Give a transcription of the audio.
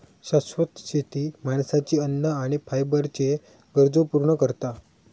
शाश्वत शेती माणसाची अन्न आणि फायबरच्ये गरजो पूर्ण करता